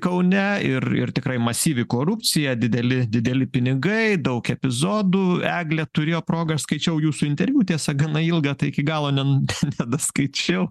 kaune ir ir tikrai masyvi korupcija dideli dideli pinigai daug epizodų eglė turėjo progą aš skaičiau jūsų interviu tiesa gana ilgą tai iki galo nen nedaskaičiau